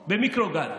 במיקרוגל.